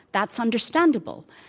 that's understandable.